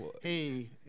hey